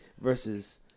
versus